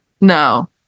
No